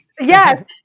Yes